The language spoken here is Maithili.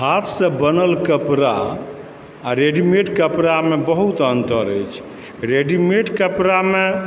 हाथसँ बनल कपड़ा आ रेडिमेड कपड़ामे बहुत अन्तर अछि रेडिमेड कपड़ामे